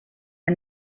are